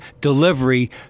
delivery